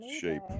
shape